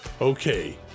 okay